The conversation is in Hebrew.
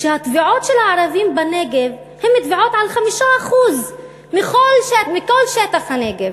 שהתביעות של הערבים בנגב הן תביעות על 5% מכל שטח הנגב,